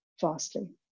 vastly